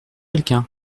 quelqu’un